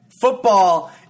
football